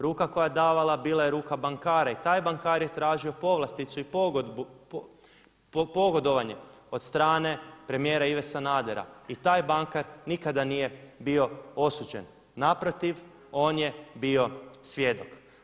Ruka koja je davala bila je ruka bankara i taj bankar je tražio povlasticu i pogodovanje od strane premijera Ive Sanadera i taj bankar nikada nije bio osuđen, naprotiv on je bio svjedok.